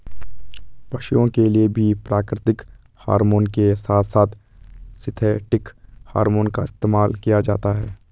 पशुओं के लिए भी प्राकृतिक हॉरमोन के साथ साथ सिंथेटिक हॉरमोन का इस्तेमाल किया जाता है